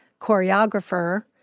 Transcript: choreographer